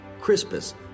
Crispus